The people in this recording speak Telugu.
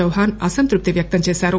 చౌహాన్ అసంతృప్తి వ్యక్తం చేశారు